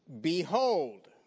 Behold